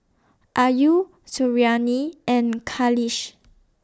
Ayu Suriani and Khalish